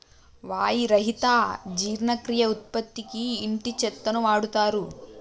వాయి రహిత జీర్ణక్రియ ఉత్పత్తికి ఇంటి చెత్తను వాడుతారు